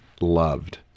loved